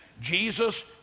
Jesus